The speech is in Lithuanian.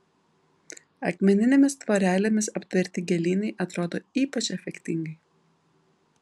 akmeninėmis tvorelėmis aptverti gėlynai atrodo ypač efektingai